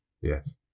Yes